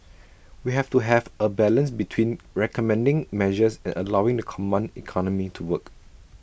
we have to have A balance between recommending measures and allowing the command economy to work